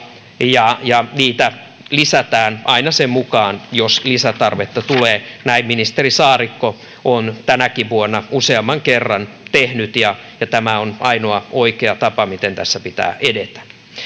ja ja niitä lisätään aina sen mukaan jos lisätarvetta tulee näin ministeri saarikko on tänäkin vuonna useamman kerran tehnyt ja ja tämä on ainoa oikea tapa miten tässä pitää edetä toivon